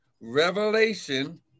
revelation